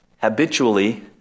habitually